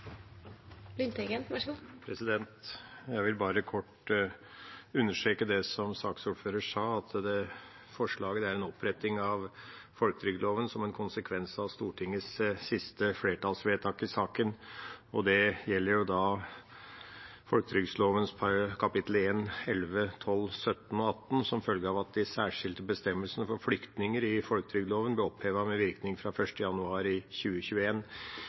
en oppretting av folketrygdloven som en konsekvens av Stortingets siste flertallsvedtak i saken. Det gjelder folketrygdloven kapitlene 1, 11, 12, 17 og 18, som følge av at de særskilte bestemmelsene for flyktninger i folketrygdloven ble opphevet med virkning fra 1. januar i